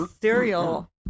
cereal